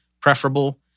preferable